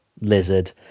lizard